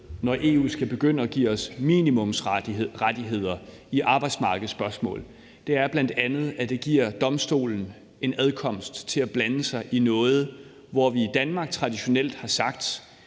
at EU skal begynde at give os minimumsrettigheder i arbejdsmarkedsspørgsmål, er bl.a., at det giver Domstolen en adkomst til at blande sig i noget, som vi i Danmark traditionelt har sagt